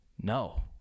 no